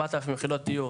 4,000 יחידות דיור,